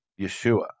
Yeshua